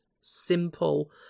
simple